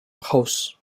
house